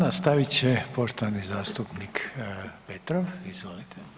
Nastavit će poštovani zastupnik Petrov, izvolite.